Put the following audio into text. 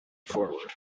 forward